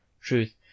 truth